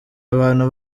abantu